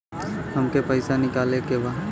हमके पैसा निकाले के बा